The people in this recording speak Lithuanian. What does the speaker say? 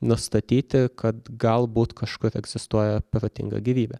nustatyti kad galbūt kažkur egzistuoja protinga gyvybė